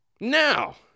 Now